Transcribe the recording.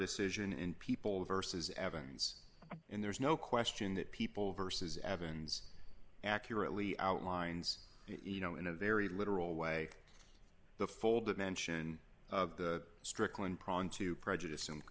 decision in people versus evans and there's no question that people versus evans accurately outlines you know in a very literal way the full dimension of the strickland problem to prejudice